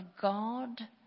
God